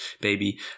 baby